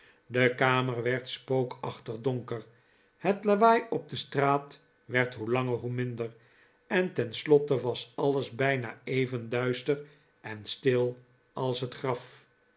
de kamer werd spookachtig donkerj het lawaai op de straat werd hoe langer hoe minder en tenslotte was alles bijna even duister en stil als het graf